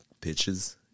pitches